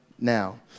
Now